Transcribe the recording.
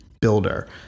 builder